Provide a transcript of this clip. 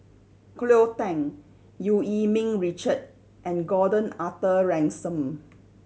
Cleo Thang Eu Yee Ming Richard and Gordon Arthur Ransome